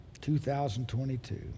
2022